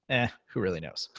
and who really knows.